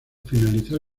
finalizar